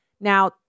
Now